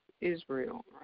Israel